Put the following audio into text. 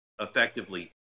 effectively